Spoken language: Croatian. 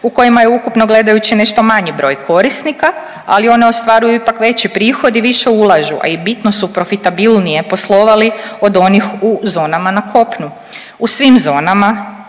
u kojima je ukupno gledajući nešto manji broj korisnika, ali one ostvaruju ipak veći prihod i više ulažu, a i bitno su profitabilnije poslovali od onih u zonama na kopnu. U svim zonama